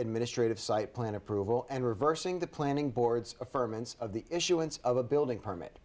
administrative site plan approval and reversing the planning boards affirm and of the issuance of a building permit